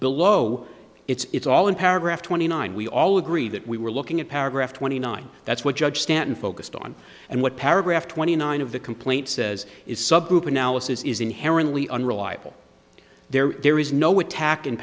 below it's all in paragraph twenty nine we all agree that we were looking at paragraph twenty nine that's what judge stanton focused on and what paragraph twenty nine of the complaint says is subgroup analysis is inherently unreliable there is no attack in